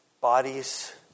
bodies